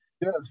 Yes